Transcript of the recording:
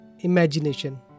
imagination